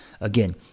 Again